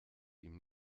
ihm